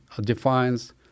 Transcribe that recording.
defines